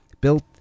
built